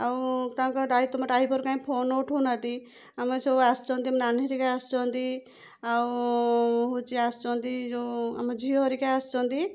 ଆଉ ତାଙ୍କ ତମ ଡ୍ରାଇଭର କାହିଁ ଫୋନ ଉଠଉ ନାହାଁନ୍ତି ଆମେ ସବୁ ଆସିଛନ୍ତି ନାନୀ ହେରିକା ଆସିଛନ୍ତି ଆଉ ହଉଛି ଆସିଛନ୍ତି ଯେଉଁ ଆମ ଝିଅ ହେରିକା ଆସିଛନ୍ତି